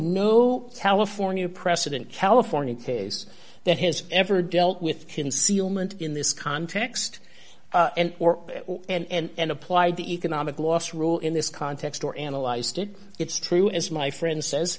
no california precedent california case that has ever dealt with concealment in this context and or and applied the economic loss rule in this context or analyzed it it's true as my friend says